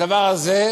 את הדבר הזה,